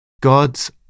God's